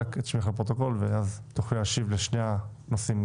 תוכלי להשיב לשני הנושאים,